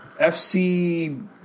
FC